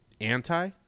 anti